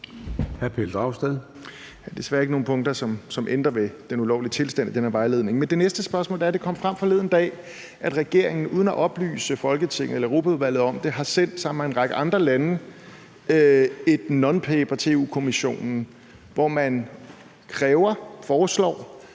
Hr. Pelle Dragsted.